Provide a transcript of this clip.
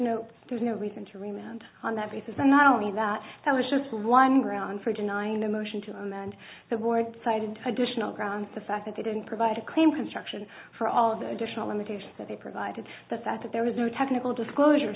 no there's no reason to remember on that basis not only that that was just one grounds for denying the motion to amend the word cited additional grounds the fact that they didn't provide a claim construction for all the additional limitations that they provided the fact that there was no technical disclosure